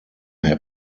herr